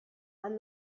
and